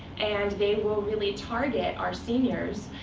and they will really target our seniors,